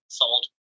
sold